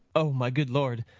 o, my good lord,